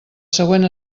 següent